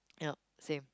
yup same